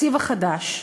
התקציב החדש,